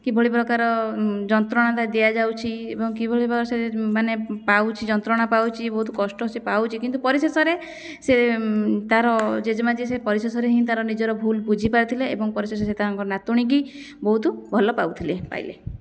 କିଭଳିପ୍ରକାର ଯନ୍ତ୍ରଣା ତା ଦିଆଯାଉଛି ଏବଂ କିଭଳି ଭାବରେ ସେ ମାନେ ପାଉଛି ଯନ୍ତ୍ରଣା ପାଉଛି ବହୁତ କଷ୍ଟ ସିଏ ପାଉଛି କିନ୍ତୁ ପରିଶେଷରେ ସେ ତାର ଜେଜେମା ଯେ ପରିଶେଷରେ ହିଁ ତାର ନିଜର ଭୁଲ ବୁଝିପାରିଥିଲେ ଏବଂ ପରିଶେଷରେ ସେ ତାଙ୍କ ନାତୁଣୀକି ବହୁତ ଭଲ ପାଉଥିଲେ ପାଇଲେ